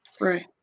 Right